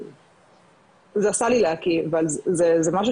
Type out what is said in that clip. זה עשה לי להקיא, זה משהו